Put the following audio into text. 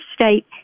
State